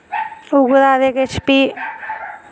उगदा ते किश फ्ही